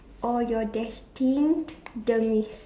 or your destined demise